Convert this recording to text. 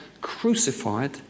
crucified